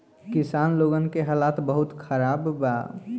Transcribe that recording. किसान लोगन के हालात बहुत खराब बा